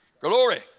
Glory